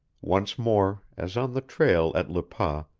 once more, as on the trail at le pas,